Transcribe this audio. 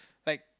tight